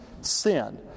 sin